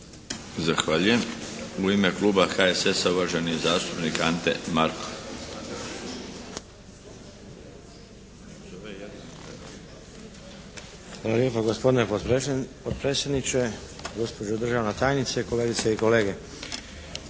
Zahvaljujem. U ime Kluba HSS-a uvaženi zastupnik Ante Markov.